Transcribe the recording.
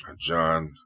John